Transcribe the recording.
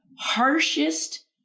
harshest